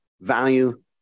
value